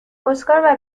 اسکار